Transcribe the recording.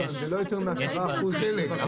חלק.